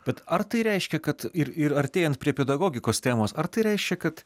bet ar tai reiškia kad ir ir artėjant prie pedagogikos temos ar tai reiškia kad